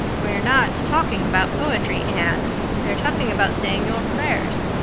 we're not talking about poetry, anne we are talking about saying your prayers.